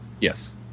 Yes